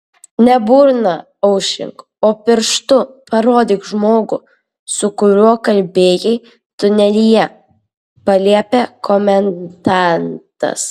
ne burną aušink o pirštu parodyk žmogų su kuriuo kalbėjai tunelyje paliepė komendantas